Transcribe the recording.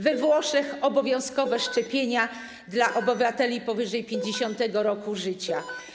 We Włoszech są obowiązkowe szczepienia dla obywateli powyżej 50. roku życia.